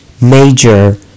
major